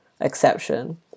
exception